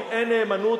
אם אין נאמנות,